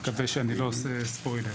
אני מקווה שאני לא עושה Spoiler.